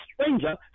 stranger